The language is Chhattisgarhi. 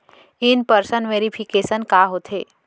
इन पर्सन वेरिफिकेशन का होथे?